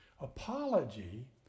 Apology